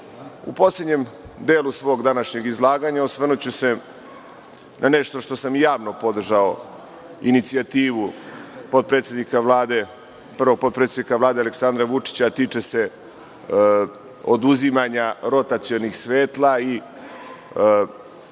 poslednjem delu svog današnjeg izlaganja, osvrnuću se na nešto što sam javno podržao, inicijativu potpredsednika Vlade Aleksandra Vučića, a tiče se oduzimanja rotacionih svetala i